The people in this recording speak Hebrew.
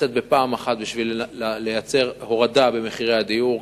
לצאת בפעם אחת כדי ליצור הורדה במחירי הדיור.